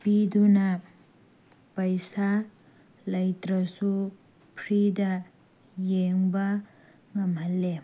ꯄꯤꯗꯨꯅ ꯄꯩꯁꯥ ꯂꯩꯇ꯭ꯔꯁꯨ ꯐ꯭ꯔꯤꯗ ꯌꯦꯡꯕ ꯉꯝꯍꯜꯂꯦ